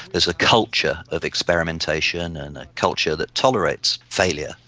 is a culture of experimentation and a culture that tolerates failure,